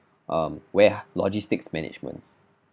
um ware~ logistics management